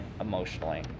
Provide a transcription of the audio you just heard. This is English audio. emotionally